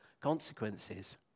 consequences